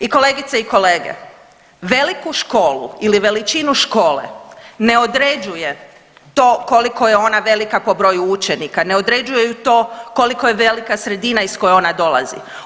I kolegice i kolege, veliku školu ili veličinu škole ne određuje to koliko je ona velika po broju učenika, ne određuje to koliko je velika sredina iz koje ona dolazi.